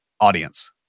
audience